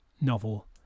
novel